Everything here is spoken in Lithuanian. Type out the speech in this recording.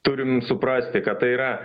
turim suprasti kad tai yra